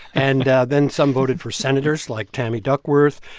and then some voted for senators like tammy duckworth.